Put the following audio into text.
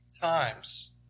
times